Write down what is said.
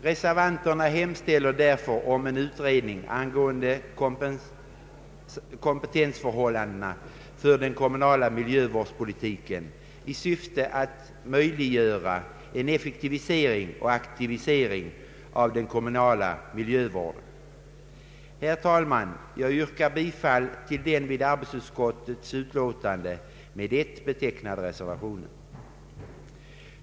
Reservanterna hemställer därför om en utredning angående kompetensförhållandena för den kommunala miljöpolitiken i syfte att möjliggöra en effektivisering och aktivering av den kommunala miljövården. Herr talman! Jag yrkar bifall till den vid utskottsuttalandet fogade med 1 betecknade reservationen.